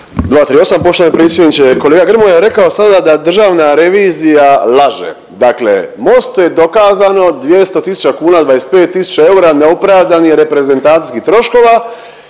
238. poštovani predsjedniče. Kolega Grmoja je rekao sada da Državna revizija laže. Dakle, Mostu je dokazano 200000 kuna, 25000 eura neopravdanih reprezentacijskih troškova